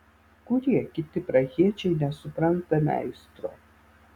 kurie kiti prahiečiai nesupranta meistro